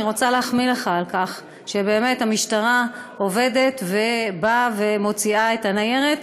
אני רוצה להחמיא לך על כך שבאמת המשטרה עובדת ובאה ומוציאה את הניירת,